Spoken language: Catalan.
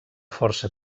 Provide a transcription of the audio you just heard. força